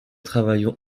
travaillons